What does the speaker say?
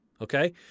okay